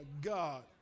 God